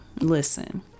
listen